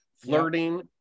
flirting